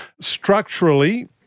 Structurally